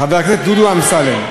חבר הכנסת דודו אמסלם.